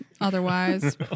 otherwise